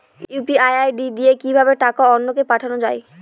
UPI ID দিয়ে কিভাবে টাকা অন্য কে পাঠানো যায়?